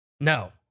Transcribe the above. No